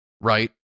right